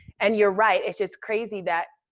and you're right. it's just crazy that,